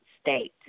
state